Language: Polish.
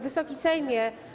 Wysoki Sejmie!